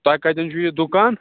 تۄہہِ کَتیٚن چھُو یہِ دُکان